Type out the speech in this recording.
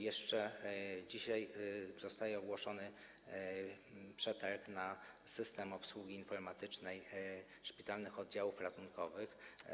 Jeszcze dzisiaj zostanie ogłoszony przetarg na system obsługi informatycznej szpitalnych oddziałów ratunkowych.